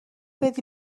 بدی